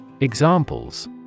Examples